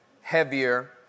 heavier